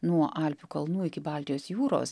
nuo alpių kalnų iki baltijos jūros